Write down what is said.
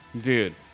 Dude